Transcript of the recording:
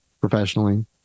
professionally